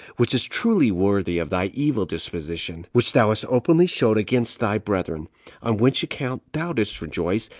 which is truly worthy of thy evil disposition, which thou has openly showed against thy brethren on which account thou didst rejoice,